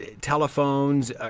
telephones